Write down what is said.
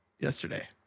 yesterday